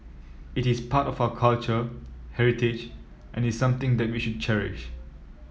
it is part of our culture heritage and is something that we should cherish